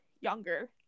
younger